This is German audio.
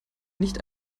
nicht